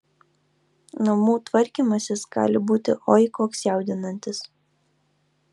namų tvarkymasis gali būti oi koks jaudinantis